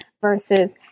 versus